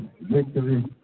victory